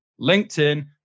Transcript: LinkedIn